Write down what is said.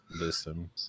Listen